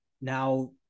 Now